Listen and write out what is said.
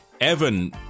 Evan